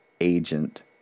agent